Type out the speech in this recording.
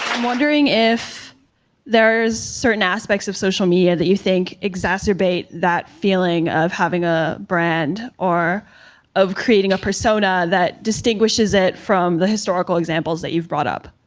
i'm wondering if there's certain aspects of social media that you think exacerbate that feeling of having a brand or of creating a persona that distinguishes it from the historical examples that you've brought up.